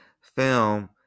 film